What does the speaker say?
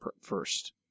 first